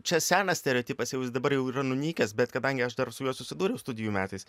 čia senas stereotipas jau jis dabar jau yra nunykęs bet kadangi aš dar su juo susidūriau studijų metais